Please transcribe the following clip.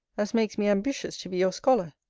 as makes me ambitious to be your scholar.